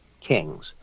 kings